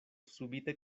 subite